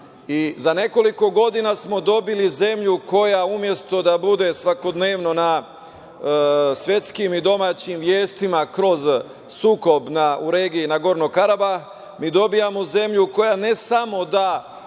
nekoliko godina smo dobili zemlju koja umesto da bude svakodnevno na svetskim i domaćim vestima kroz sukob u regiji Nagorno-Karabah, mi dobijamo zemlju koja ne samo da